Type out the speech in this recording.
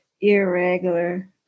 irregular